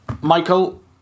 Michael